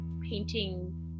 painting